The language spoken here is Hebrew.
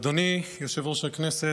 אדוני יושב-ראש הישיבה,